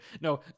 No